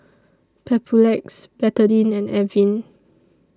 Papulex Betadine and Avene